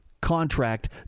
contract